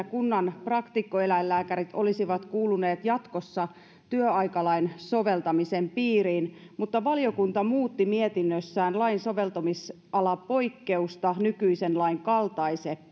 kunnan praktikkoeläinlääkärit olisivat kuuluneet jatkossa työaikalain soveltamisen piiriin mutta valiokunta muutti mietinnössään lain soveltamisalapoikkeusta nykyisen lain kaltaiseksi